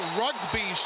rugby